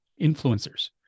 influencers